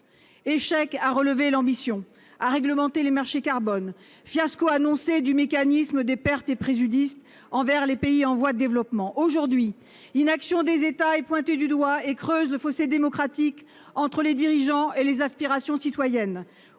Échec à relever l'ambition et à réglementer les marchés du carbone, fiasco annoncé du mécanisme des pertes et préjudices envers les pays en voie de développement ... Aujourd'hui, l'inaction des États est pointée du doigt et creuse le fossé démocratique entre les dirigeants et les aspirations citoyennes.